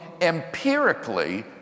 empirically